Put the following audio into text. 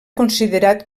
considerat